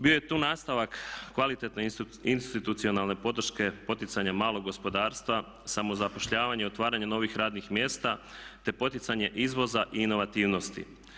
Bio je tu nastavak kvalitetne institucionalne podrške poticanja malog gospodarstva, samozapošljavanje i otvaranje novih radnih mjesta, te poticanje izvoza i inovativnosti.